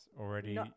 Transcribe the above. already